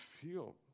feel